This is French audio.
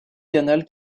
canal